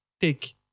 take